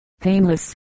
painless